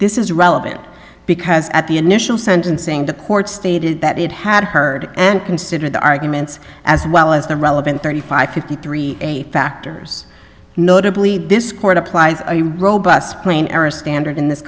this is relevant because at the initial sentencing the court stated that it had heard and considered the arguments as well as the relevant thirty five fifty three factors notably this court applies a robust plain era standard in this